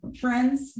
friends